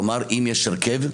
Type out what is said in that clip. כלומר אם יש הרכב,